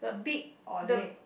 big or leh